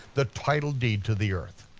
the title deed to the earth.